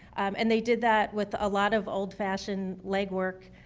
and they did that with a lot of old-fashioned leg work.